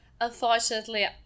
Unfortunately